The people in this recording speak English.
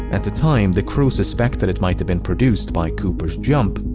at the time, the crew suspected it might have been produced by cooper's jump,